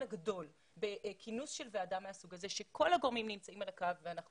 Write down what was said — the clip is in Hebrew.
הגדול בכינוס של ועדה מהסוג הזה שכל הגורמים נמצאים על הקו ואנחנו